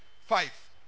Five